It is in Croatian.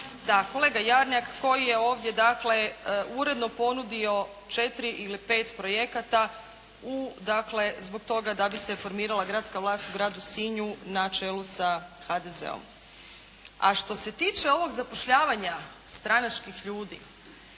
kolega Jarnjak koji je ovdje dakle uredno ponudio četiri ili pet projekata zbog toga da bi se formirala gradska vlast u gradu Sinju na čelu sa HDZ-om. A što se tiče ovog zapošljavanja stranačkih ljudi,